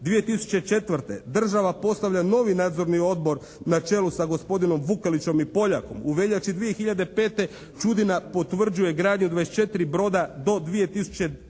2004. država postavlja novi nadzorni odbor na čelu sa gospodinom Vukelićem i Poljakom u veljači 2005. Čudina potvrđuje gradnju od 24 broda do 2009.